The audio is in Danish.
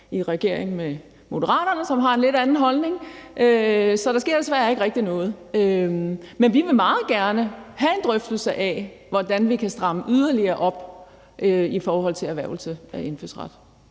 i regering med Moderaterne, som har en lidt anden holdning. Så der sker desværre ikke rigtig noget, men vi vil meget gerne have en drøftelse af, hvordan vi kan stramme yderligere op i forhold til erhvervelse af indfødsret.